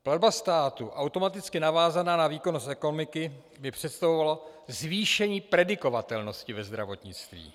Platba státu automaticky navázaná na výkonnost ekonomiky by představovala zvýšení predikovatelnosti ve zdravotnictví.